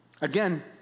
Again